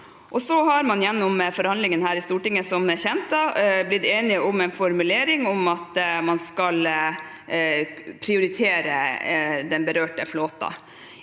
gjennom forhandlingene her i Stortinget blitt enige om en formulering om at man skal prioritere den berørte flåten.